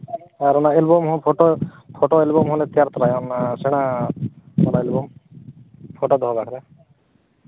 ᱟᱨ ᱚᱱᱟ ᱮᱞᱵᱟᱢ ᱦᱚᱸ photo photo album ᱦᱚᱸᱞᱮ ᱛᱮᱭᱟᱨ ᱛᱚᱨᱟᱭᱟ ᱚᱱᱟ ᱥᱮᱬᱟ ᱮᱞᱵᱟᱢ ᱯᱷᱳᱴᱳ ᱫᱚᱦᱚ ᱵᱟᱠᱷᱨᱟ